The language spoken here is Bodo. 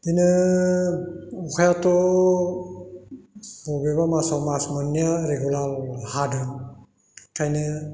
बिदिनो अखायाथ' बबेबा मासआव मास मोननैया रेगुलार हादों ओंखायनो